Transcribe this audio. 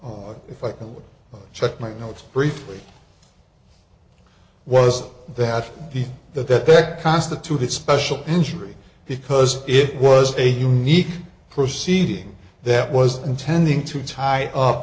of if i can check my notes briefly was that the that that that constituted special injury because it was a unique proceeding that was intending to tie up